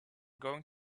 going